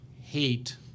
hate